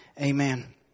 amen